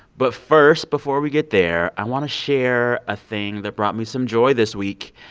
but first, before we get there, i want to share a thing that brought me some joy this week.